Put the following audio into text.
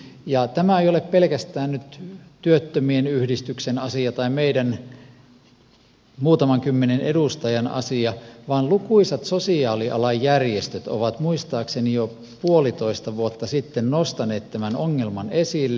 ja tämä ei ole nyt pelkästään työttömien yhdistyksen asia tai meidän muutaman kymmenen edustajan asia vaan lukuisat sosiaalialanjärjestöt ovat muistaakseni jo puolitoista vuotta sitten nostaneet tämän ongelman esille